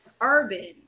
urban